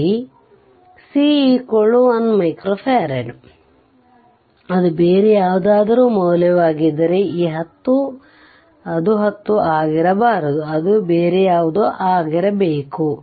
c 1 F ಅದು ಬೇರೆ ಯಾವುದಾದರೂ ಮೌಲ್ಯವಾಗಿದ್ದರೆ ಈ 10 ಅದು 10 ಆಗಿರಬಾರದು ಅದು ಬೇರೆ ಯಾವುದೋ ಆಗಿರಬೇಕು